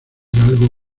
algo